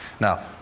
now,